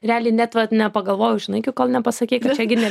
realiai net vat nepagalvojau žinai kol nepasakei kad čia gi ne